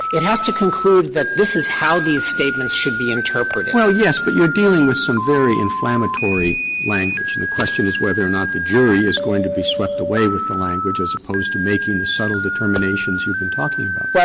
it has to conclude that this is how these statements should be interpreted. roberts well, yes, but you're dealing with some very inflammatory language. and the question is whether or not the jury is going to be swept away with the language as opposed to making the subtle determinations you've been talking about.